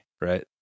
right